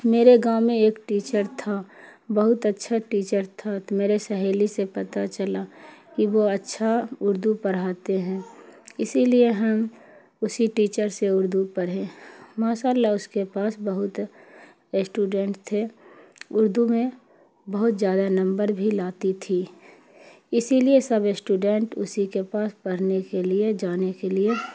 میرے گاؤں میں ایک ٹیچر تھا بہت اچھا ٹیچر تھا تو میرے سہیلی سے پتہ چلا کہ وہ اچھا اردو پڑھاتے ہیں اسی لیے ہم اسی ٹیچر سے اردو پڑھے ماشاء اللہ اس کے پاس بہت اسٹوڈینٹ تھے اردو میں بہت زیادہ نمبر بھی لاتی تھی اسی لیے سب اسٹوڈینٹ اسی کے پاس پرھنے کے لیے جانے کے لیے